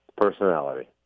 Personality